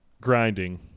grinding